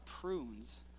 prunes